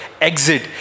exit